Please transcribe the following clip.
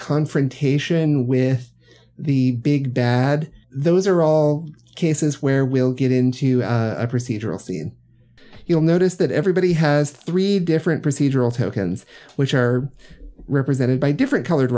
confrontation with the big bad those are all cases where we'll get into a procedural scene you'll notice that everybody has three different procedural tokens which are represented by different colored